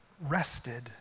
rested